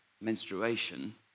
menstruation